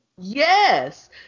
yes